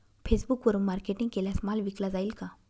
फेसबुकवरुन मार्केटिंग केल्यास माल विकला जाईल का?